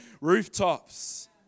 rooftops